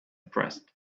pressed